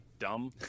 dumb